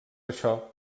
això